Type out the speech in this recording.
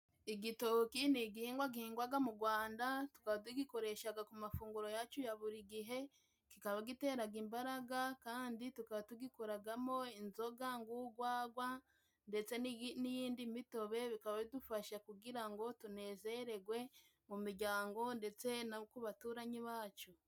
Igitoki ni igihingwa gihingwaga mu Rwanda, tukaba tugikoreshaga ku mafunguro yacu ya buri gihe. Kikaba giteraga imbaraga kandi tukaba tugikoragamo inzoga ng'ugwagwa n'iyindi mitobe. Bikaba idufasha kugira ngo tunezeregwe mu miryango ndetse no ku baturanyi bacu.